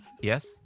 Yes